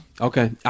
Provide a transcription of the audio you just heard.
Okay